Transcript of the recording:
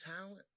talent